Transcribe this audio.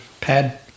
pad